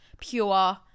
pure